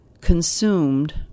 consumed